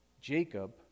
Jacob